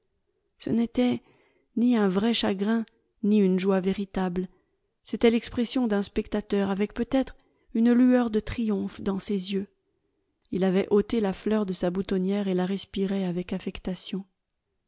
ce n'était ni un vrai chagrin ni une joie véritable c'était l'expression d'un spectateur avec peut-être une lueur de triomphe dans ses yeux il avait ôté la fleur de sa boutonnière et la respirait avec affectation